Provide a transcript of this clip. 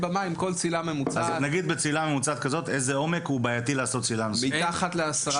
בצלילה ממוצעת כזו איזה עומק הוא בעייתי בשביל לעשות צלילה נוספת?